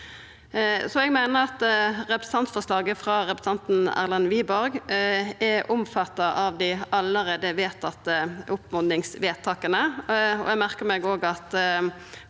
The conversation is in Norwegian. Eg meiner at representantforslaget frå representanten Erlend Wiborg er omfatta av dei allereie vedtatte oppmodingsvedtaka.